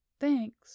Thanks